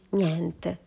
niente